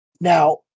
Now